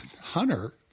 Hunter